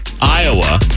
Iowa